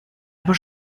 aber